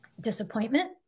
disappointment